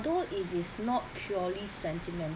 although it is not purely sentimental